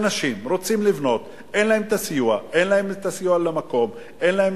אנשים רוצים לבנות, אין להם סיוע, אין להם